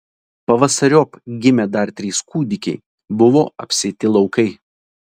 pavasariop gimė dar trys kūdikiai buvo apsėti laukai